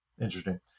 Interesting